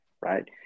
right